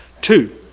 Two